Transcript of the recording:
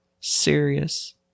serious